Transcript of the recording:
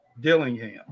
Dillingham